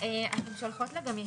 13:35.